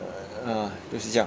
err ah 就是这样